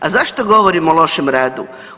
A zašto govorim o lošem radu?